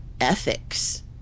Ethics